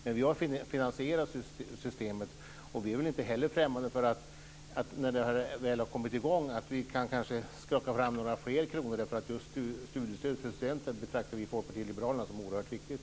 Men vi har finansierat systemet och är inte heller främmande för att när det här väl har kommit i gång kanske skaka fram några fler kronor, därför att vi i Folkpartiet liberalerna betraktar just studiestöd till studenter som oerhört viktigt.